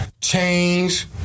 change